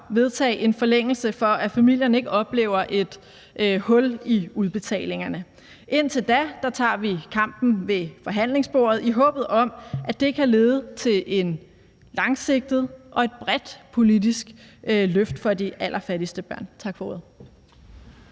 vedtage en forlængelse, for at familierne ikke oplever et hul i udbetalingerne. Indtil da tager vi kampen ved forhandlingsbordet, i håb om at det kan lede til et langsigtet og bredt politisk løft for de allerfattigste børn. Tak for ordet.